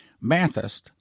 Mathis